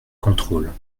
contrôle